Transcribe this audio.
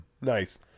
nice